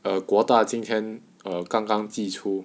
err 国大今天 err 刚刚寄出